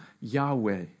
Yahweh